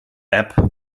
app